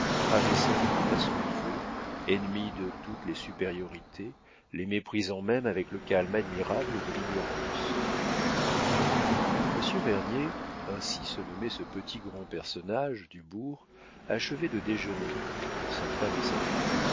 rabaissant tout à son niveau ennemie de toutes les supériorités les méprisant même avec le calme admirable de l'ignorance monsieur vernier ainsi se nommait ce petit grand personnage du bourg achevait de déjeuner entre sa femme et sa fille